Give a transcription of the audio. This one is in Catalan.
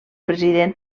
president